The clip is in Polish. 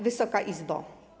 Wysoka Izbo!